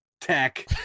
tech